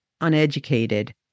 uneducated